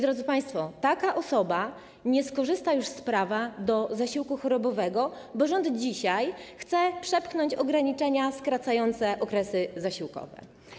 Drodzy państwo, taka osoba nie skorzysta już z prawa do zasiłku chorobowego, bo rząd dzisiaj chce przepchnąć ograniczenia skracające okresy zasiłkowe.